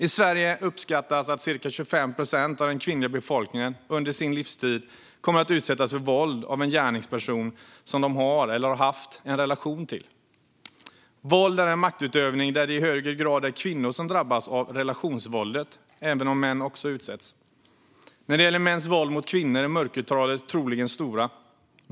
I Sverige uppskattas att ca 25 procent av den kvinnliga befolkningen under sin livstid kommer att utsättas för våld av en gärningsperson som de har eller har haft en relation till. Våld är en maktutövning där det i högre grad är kvinnor som drabbas av relationsvåldet, även om män också utsätts. När det gäller mäns våld mot kvinnor är mörkertalen troligen stora.